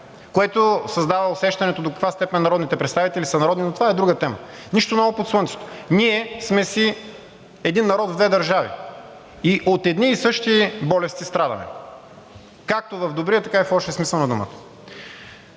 което създава усещането до каква степен народните представители са народни, но това е друга тема. Нищо ново под слънцето. Ние сме си един народ в две държави и от едни и същи болести страдаме както в добрия, така и в лошия смисъл на думата.